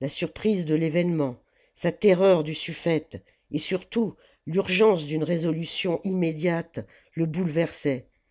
la surprise de l'événement sa terreur du suffète et surtout l'urgence d'une résolution immédiate le bouleversaient